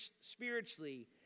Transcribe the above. spiritually